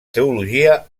teologia